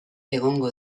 egongo